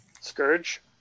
Scourge